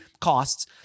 costs